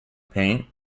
paint